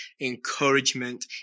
encouragement